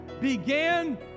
began